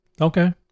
okay